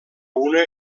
una